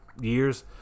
years